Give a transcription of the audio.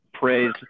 praise